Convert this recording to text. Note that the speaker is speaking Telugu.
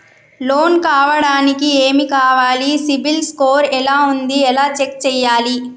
లోన్ కావడానికి ఏమి కావాలి సిబిల్ స్కోర్ ఎలా ఉంది ఎలా చెక్ చేయాలి?